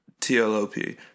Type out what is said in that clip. tlop